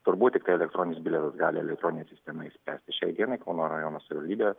turbūt tiktai elektroninis bilietas gali elektroninėj sistemoj išspręsti šiai dienai kauno rajono savivaldybė